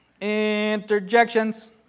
Interjections